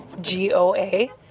G-O-A